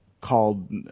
called